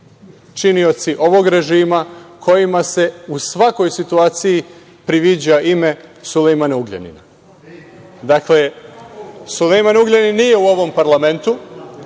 činioci ovog režima kojima se u svakoj situaciji priviđa ime Sulejmanu Ugljaninu. Sulejman Ugljanin nije u ovom parlamentu,